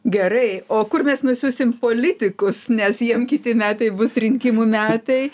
gerai o kur mes nusiųsim politikus nes jiem kiti metai bus rinkimų metai